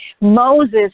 Moses